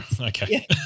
okay